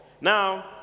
now